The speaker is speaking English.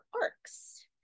arcs